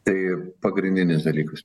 tai pagrindinis dalykas